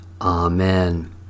Amen